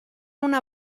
una